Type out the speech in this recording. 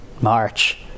March